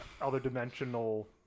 other-dimensional